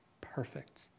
perfect